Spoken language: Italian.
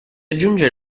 aggiunge